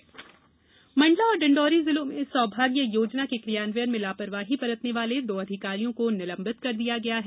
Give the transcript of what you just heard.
निलंबन मण्डला और डिण्डौरी जिलों में सौभाग्य योजना के कियान्वयन में लापरवाही बरतने वाले दो अधिकारियों को निलंबित कर दिया गया है